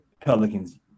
Pelicans